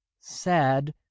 sad